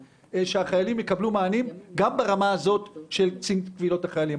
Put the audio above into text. שהחיילים יקבלו מענים גם ברמה של נציב קבילות חיילים.